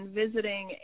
visiting